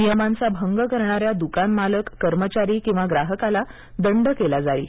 नियमांचा भंग करणाऱ्या दुकानमालक कर्मचारी किंवा ग्राहकाला दंड केला जाईल